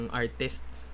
artists